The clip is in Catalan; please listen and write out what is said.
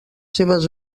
seves